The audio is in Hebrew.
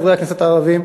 חברי הכנסת הערבים,